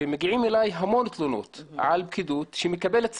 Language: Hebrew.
מגיעות אלי המון תלונות על פקידות שמקבלת שכר,